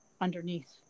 underneath